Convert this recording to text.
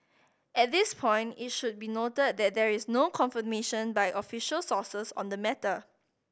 at this point it should be noted that there is no confirmation by official sources on the matter